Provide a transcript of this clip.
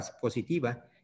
positiva